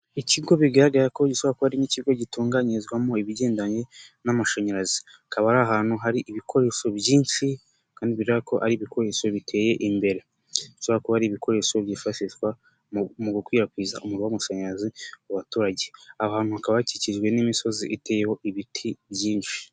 Ikigo bigaragara ko giswatwa hari n'ikigo gitunganyirizwamo ibigendanye n'amashanyarazi. Akaba ari ahantu hari ibikoresho byinshi kandi bigaragara ko ari ibikoresho biteye imbere. Bishobora kuba hari ibikoresho byifashishwa mu gukwirakwiza umuriro w'amashanyarazi ku baturage. Aho hantu hakaba hakikijwe n'imisozi iteyeho ibiti byinshi.